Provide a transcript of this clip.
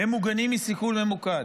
הם מוגנים מסיכול ממוקד.